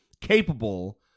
capable